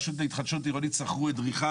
הרשות להתחדשות עירונית שכרו אדריכל,